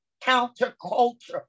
Counterculture